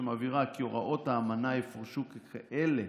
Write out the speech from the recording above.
שמבהירה כי הוראות האמנה יפורשו ככאלה